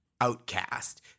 outcast